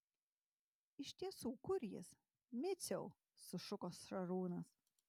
iš tiesų kur jis miciau sušuko šarūnas